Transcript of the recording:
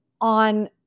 on